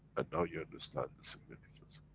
and now you understand the significance.